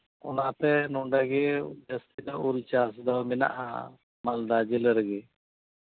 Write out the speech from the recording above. ᱚᱱᱟᱛᱮ ᱱᱚᱸᱰᱮᱜᱮ ᱡᱟᱹᱥᱛᱤ ᱫᱚ ᱩᱞ ᱪᱟᱥ ᱫᱚ ᱢᱮᱱᱟᱜᱼᱟ ᱢᱟᱞᱫᱟ ᱡᱮᱞᱟᱹ ᱨᱮᱜᱮ